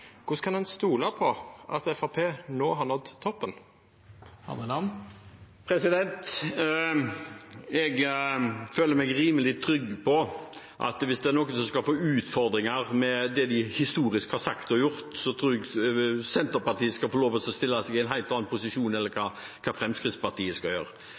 kan ein stola på at Framstegspartiet no har nådd toppen? Jeg føler meg rimelig trygg på at hvis det er noen som skal få utfordringer med det de historisk har sagt og gjort, tror jeg Senterpartiet får lov til å stille seg i en helt annen posisjon